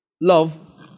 Love